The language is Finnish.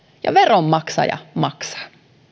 ja veronmaksaja maksaa